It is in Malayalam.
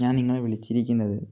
ഞാൻ നിങ്ങളെ വിളിച്ചിരിക്കുന്നത്